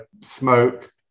smoke